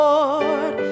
Lord